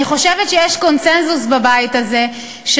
אני חושבת שיש קונסנזוס בבית הזה על כך